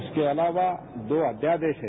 उसके अलावा दो अध्यादेश है